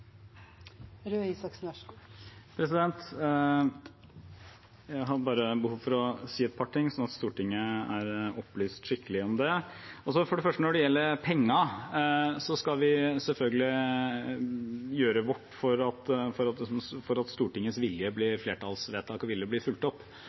er nok de som får ulempene. Jeg har bare behov for å si et par ting, sånn at Stortinget er opplyst skikkelig om det. For det første: Når det gjelder pengene, skal vi selvfølgelig gjøre vårt for at Stortingets vilje og flertallsvedtak blir